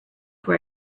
were